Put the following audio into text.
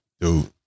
dude